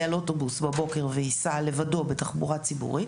בבוקר על אוטובוס ויסע לבדו בתחבורה ציבורית